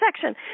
section